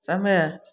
समय